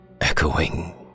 echoing